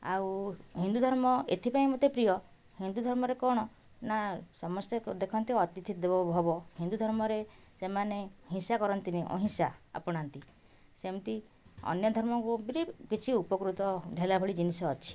ଆଉ ହିନ୍ଦୁ ଧର୍ମ ଏଥିପାଇଁ ମୋତେ ପ୍ରିୟ ହିନ୍ଦୁ ଧର୍ମରେ କ'ଣ ନା ସମସ୍ତେ ଦେଖନ୍ତି ଅତିଥି ଦେବୋ ଭବଃ ହିନ୍ଦୁଧର୍ମରେ ସେମାନେ ହିଂସା କରନ୍ତିନି ଅହିଂସା ଆପଣାନ୍ତି ସେମିତି ଅନ୍ୟ ଧର୍ମରୁ ବି କିଛି ଉପକୃତ ହେଲାଭଳି ଜିନିଷ ଅଛି